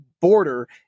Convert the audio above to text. border